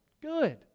good